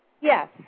Yes